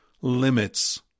limits